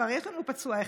כבר יש לנו פצוע אחד,